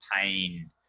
pain